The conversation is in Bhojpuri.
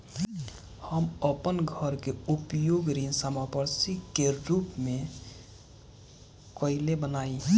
हम अपन घर के उपयोग ऋण संपार्श्विक के रूप में कईले बानी